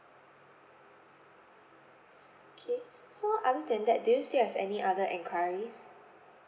okay so other than that do you still have any other enquiries